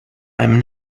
i’m